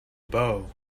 bow